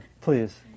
please